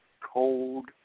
cold